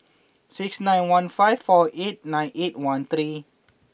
six nine one five four eight nine eight one three